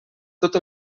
tot